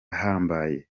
ahambaye